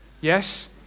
Yes